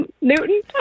Newton